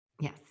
Yes